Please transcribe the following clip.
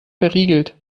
verriegelt